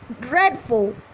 dreadful